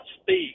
speak